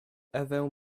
ewę